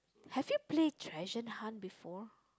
have you play treasure hunt before